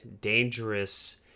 dangerous